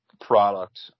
product